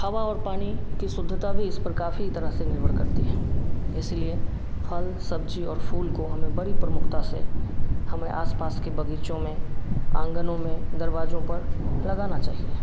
हवा और पानी की शुद्धता भी इस पर काफी तरह से निर्भर करती है इसीलिए फ़ल सब्जी और फूल को हमें बड़ी प्रमुखता से हमें आस पास के बगीचों में आंगनों में दरवाजों पर लगाना चाहिए